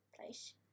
place